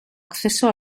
acceso